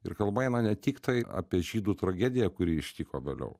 ir kalba eina ne tiktai apie žydų tragediją kuri ištiko vėliau